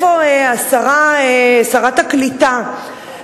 שרת הקליטה,